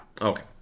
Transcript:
Okay